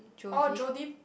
oh Jody